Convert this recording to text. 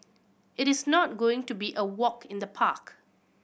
it is not going to be a walk in the park